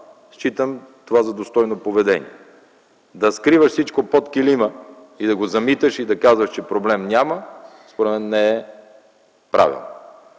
считам това за достойно поведение. Да скриваш всичко под килима и да го замиташ, и да казваш, че проблем няма, според мен не е правилно.